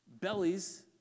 bellies